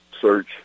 search